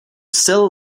still